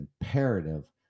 imperative